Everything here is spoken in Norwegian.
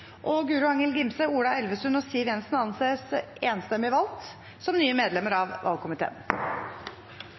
og Guro Angell Gimse, Ola Elvestuen og Siv Jensen anses enstemmig valgt som nye medlemmer av valgkomiteen.